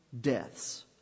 deaths